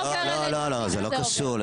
לא, זה לא קשור.